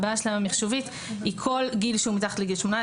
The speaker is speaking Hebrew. הבעיה המחשובית היא כל גיל שהוא מתחת לגיל 18